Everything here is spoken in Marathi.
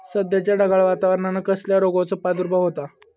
सध्याच्या ढगाळ वातावरणान कसल्या रोगाचो प्रादुर्भाव होता?